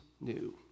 new